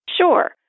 Sure